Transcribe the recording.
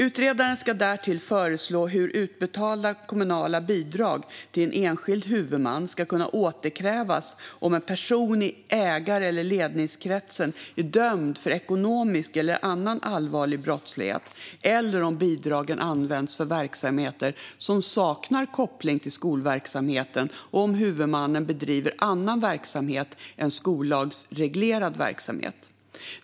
Utredaren ska därtill föreslå hur utbetalda kommunala bidrag till en enskild huvudman ska kunna återkrävas om en person i ägar eller ledningskretsen är dömd för ekonomisk eller annan allvarlig brottslighet eller om bidragen används för verksamheter som saknar koppling till skolverksamheten och om huvudmannen bedriver annan verksamhet än skollagsreglerad verksamhet.